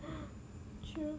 !huh! true